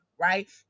Right